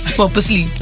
purposely